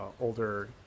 older